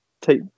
take